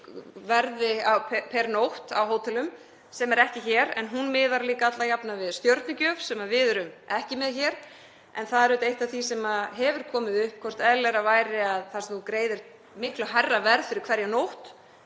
verði per nótt á hótelum, sem er ekki hér, en hún miðar líka alla jafna við stjörnugjöf sem við erum ekki með hér. En það er auðvitað eitt af því sem hefur komið upp, hvort eðlilegra væri að þar sem þú greiðir miklu hærra verð fyrir hverja nótt